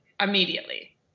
immediately